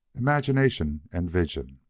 imagination and vision,